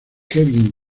kevin